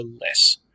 less